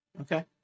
Okay